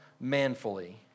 manfully